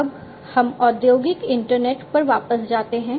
अब हम औद्योगिक इंटरनेट पर वापस जाते हैं